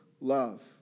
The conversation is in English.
Love